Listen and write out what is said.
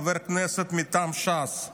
חבר כנסת מטעם סיעת ש"ס,